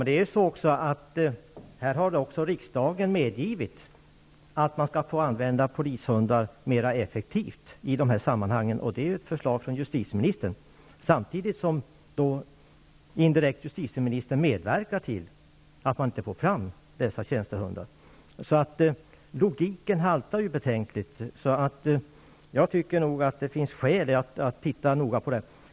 Herr talman! Riksdagen har medgivit att man skall få använda polishundar mera effektivt i dessa sammanhang. Det är ett förslag från justitieministern. Samtidigt medverkar justitieministern indirekt till att man inte får fram dessa tjänstehundar. Logiken haltar betänkligt. Jag tycker nog att det finns skäl att studera detta noga.